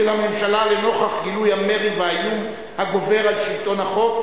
לנוכח גילויי המרי והאיום הגובר על שלטון החוק,